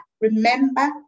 remember